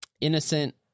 innocent